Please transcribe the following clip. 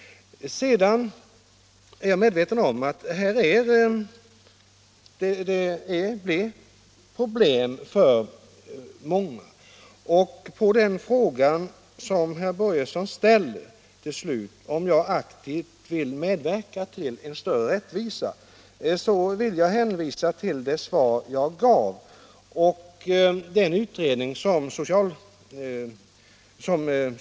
Jag är medveten om att det här finns problem för många. Beträffande den fråga herr Börjesson till slut ställde, om jag aktivt vill medverka till större rättvisa, får jag hänvisa till det svar jag gav.